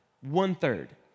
One-third